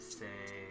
say